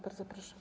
Bardzo proszę.